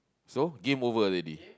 so game over already